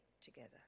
together